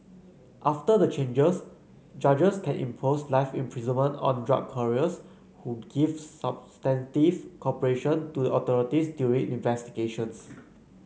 after the changes judges can impose life imprisonment on drug couriers who give substantive cooperation to the authorities during investigations